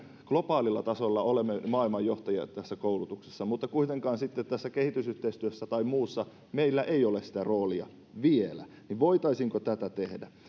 globaalilla tasolla olemme maailman johtajia tässä koulutuksessa mutta kuitenkaan sitten tässä kehitysyhteistyössä tai muussa meillä ei ole sitä roolia vielä voitaisiinko tätä tehdä